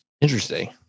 Interesting